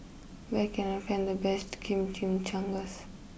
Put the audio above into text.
where can I find the best Chimichangas